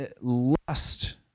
lust